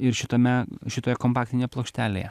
ir šitame šitoje kompaktinėje plokštelėje